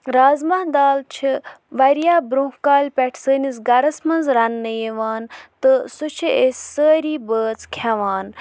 رازمہ دال چھِ واریاہ برونٛہہ کالہِ پٮ۪ٹھ سٲنِس گَرَس منٛز رَننہٕ یِوان تہٕ سُہ چھِ أسۍ سٲری بٲژ کھٮ۪وان